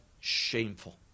shameful